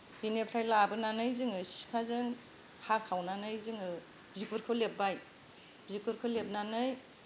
बिनिफ्राय लाबोनानै जोङो सिखाजों हाखावनानै जोङो बिगुरखौ लेब्बाय बिगुरखौ लेबनानै